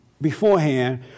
beforehand